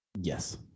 Yes